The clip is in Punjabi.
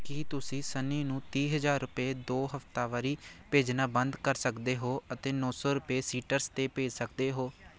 ਕੀ ਤੁਸੀਂ ਸਨੀ ਨੂੰ ਤੀਹ ਹਜ਼ਾਰ ਰੁਪਏ ਦੋ ਹਫ਼ਤਾਵਾਰੀ ਭੇਜਣਾ ਬੰਦ ਕਰ ਸਕਦੇ ਹੋ ਅਤੇ ਨੌ ਸੌ ਰੁਪਏ ਸੀਟਰਸ 'ਤੇ ਭੇਜ ਸਕਦੇ ਹੋ